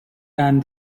and